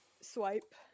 swipe